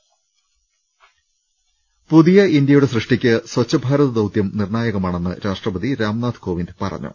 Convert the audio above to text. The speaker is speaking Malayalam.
ലലലലലലലലലലലലല പുതിയ ഇന്ത്യയുടെ സൃഷ്ടിക്ക് സ്വച്ഛ് ഭാരത് ദൌത്യം നിർണ്ണായകമാണെന്ന് രാഷ്ട്രപതി രാംനാഥ് കോവിന്ദ് പറഞ്ഞു